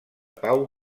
pau